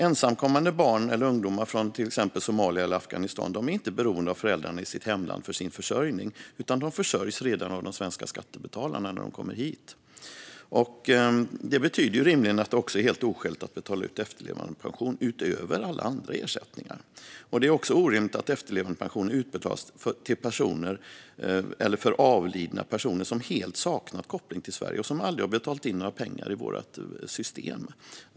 Ensamkommande barn eller ungdomar från till exempel Somalia eller Afghanistan är inte beroende av föräldrarna i sitt hemland för sin försörjning, utan de försörjs redan av de svenska skattebetalarna när de kommer hit. Det betyder rimligen att det är helt oskäligt att betala ut efterlevandepension utöver alla andra ersättningar. Det är också orimligt att efterlevandepension utbetalas för avlidna personer som helt saknat koppling till Sverige och som aldrig har betalat in några pengar i vårt system.